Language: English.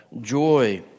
joy